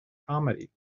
comedy